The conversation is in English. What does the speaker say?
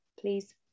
please